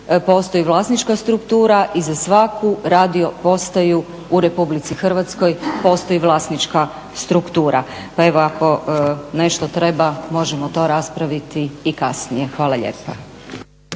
postoji vlasnička struktura i za svaku radio postaju u RH postoji vlasnička struktura. Pa evo ako nešto treba, možemo to raspraviti i kasnije. Hvala lijepa.